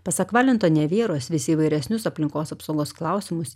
pasak valento nevieros vis įvairesnius aplinkos apsaugos klausimus